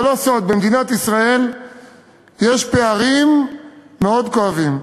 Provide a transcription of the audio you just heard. זה לא סוד, במדינת ישראל יש פערים מאוד כואבים.